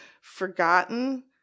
forgotten